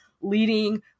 leading